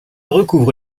recouvre